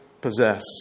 possess